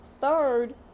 Third